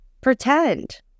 Pretend